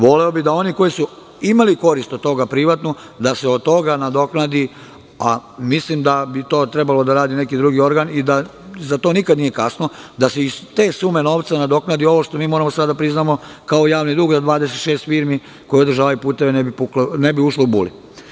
Voleo bih da oni koji su privatno imali koristi od toga, da se od njih nadoknadi, ali, mislim da bi to trebalo da radi neki drugi organ i da za to nikada nije kasno, da se iz te sume novca nadoknadi ovo što mi sada moramo da priznamo kao javni dug, da ne bi 26 firmi koje održavaju puteve ušlo u bulu.